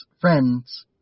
friends